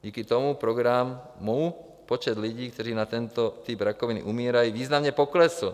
Díky tomu programu počet lidí, kteří na tento typ umírají, významně poklesl.